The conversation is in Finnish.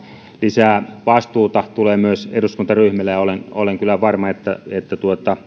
lisää vastuuta tulee myös eduskuntaryhmille ja olen kyllä varma että että